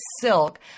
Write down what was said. silk